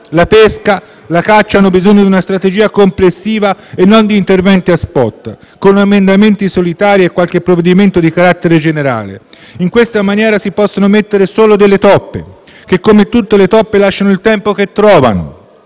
la pesca e la caccia hanno bisogno di una strategia complessiva e non di interventi *spot*, con emendamenti solitari a qualche provvedimento di carattere generale. In questa maniera si possono mettere solo delle toppe, che, come tutte le toppe, lasciano il tempo che trovano.